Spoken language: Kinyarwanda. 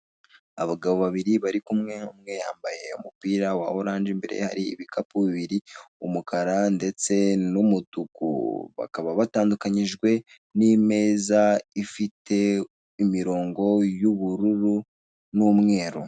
Abagabo babiri bari kumwe umwe yambaye umupira wa oranje imbere ye hari ibikapu bibiri umukara ndetse n'umutuku. Bakaba batandukanyijwe n'imeza ifite imirongo y'ubururu n'umweru.